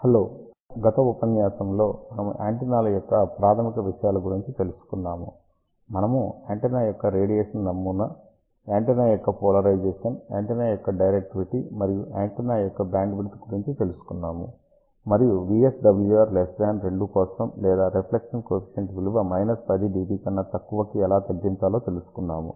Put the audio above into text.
hello గత ఉపన్యాసములో మనము యాంటెన్నాల యొక్క ప్రాథమిక విషయాల గురించి తెలుసుకున్నాము మనము యాంటెన్నా యొక్క రేడియేషన్ నమూనా యాంటెన్నా యొక్క పోలరైజేషన్ యాంటెన్నా యొక్క డైరెక్టివిటీ మరియు యాంటెన్నా యొక్క బ్యాండ్విడ్త్ గురించి తెలుసుకున్నాము మరియు VSWR 2 కోసం లేదా రిఫ్లెక్షన్ కోయేఫియంట్ విలువ 10 dB కన్నా తక్కువకి ఎలా తగ్గించాలో తెలుసుకున్నాము